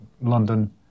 London